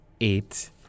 eight